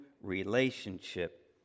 relationship